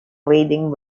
wading